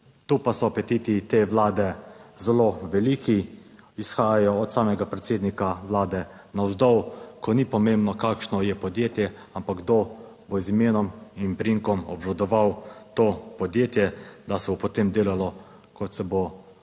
tu pa so apetiti te Vlade zelo veliki, izhajajo od samega predsednika vlade navzdol, ko ni pomembno, kakšno je podjetje, ampak kdo bo z imenom in priimkom obvladoval to podjetje, da se bo potem delalo, kot se bo očitno